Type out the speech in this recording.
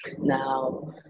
Now